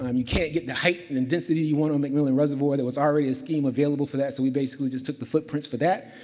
um you can't get the height and and density, you want a um macmillan reservoir that was already a scheme available for that. so, we basically just took the footprints for that.